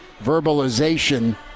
verbalization